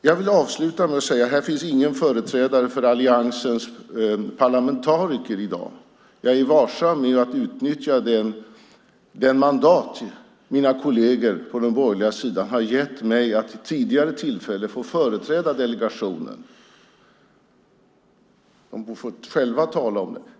Jag vill avsluta med att säga att det inte inte finns några företrädare från alliansens parlamentariker här i dag. Jag är varsam med att utnyttja det mandat mina kolleger på den borgerliga sidan har gett mig att vid tidigare tillfälle få företräda delegationen - de får själva tala om det.